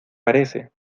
parece